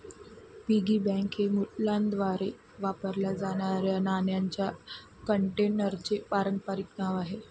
piggy bank हे मुलांद्वारे वापरल्या जाणाऱ्या नाण्यांच्या कंटेनरचे पारंपारिक नाव आहे